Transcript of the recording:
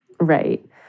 Right